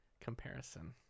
comparison